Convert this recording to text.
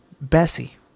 bessie